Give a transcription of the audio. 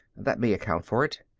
that may account for it.